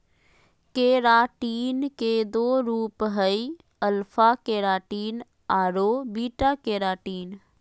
keratin के दो रूप हइ, अल्फा केराटिन आरो बीटा केराटिन